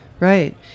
Right